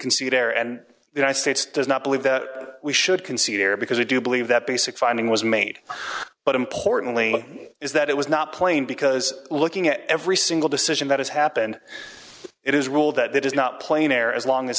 concede air and the united states does not believe that we should concede error because we do believe that basic finding was made but importantly is that it was not plain because looking at every single decision that has happened it is ruled that it is not plain air as long as